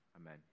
amen